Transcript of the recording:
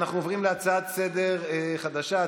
אנחנו עוברים להצעה לסדר-היום חדשה.